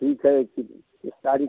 ठीक है फिर किस तारीख